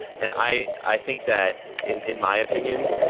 and i i think that in in my opinion,